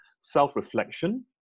self-reflection